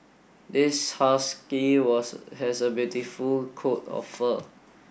this husky was has a beautiful coat of fur